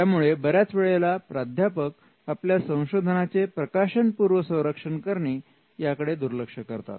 त्यामुळे बऱ्याच वेळेला प्राध्यापक आपल्या संशोधनाचे प्रकाशनपूर्व संरक्षण करणे याकडे दुर्लक्ष करतात